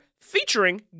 featuring